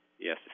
Yes